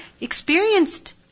experienced